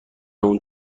اون